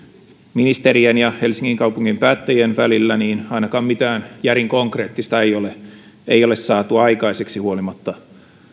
ministerien ja helsingin kaupungin päättäjien välillä niin ainakaan mitään järin konkreettista ei ole ei ole saatu aikaiseksi huolimatta